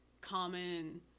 common